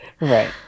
Right